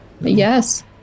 Yes